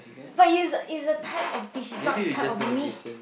but it's a it's a type of species not type of meat